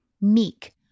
Meek